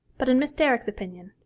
but in miss derrick's opinion,